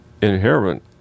inherent